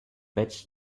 pets